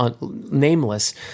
nameless